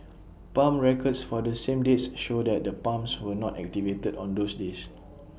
pump records for the same dates show that the pumps were not activated on those days